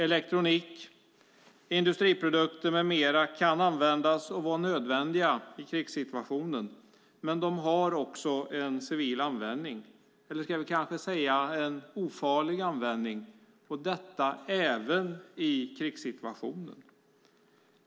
Elektronik, industriprodukter med mera kan användas och vara nödvändiga i krigssituationen, men de har också en civil användning eller ska vi kanske säga en ofarlig användning, detta även i krigssituationen.